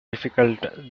difficult